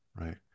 right